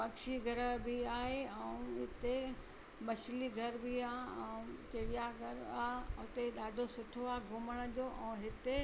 पक्षी घर बि आहे ऐं हिते मछली घर बि आहे ऐं चिड़िया घरु आहे उते ॾाढो सुठो आहे घुमण जो ऐं हिते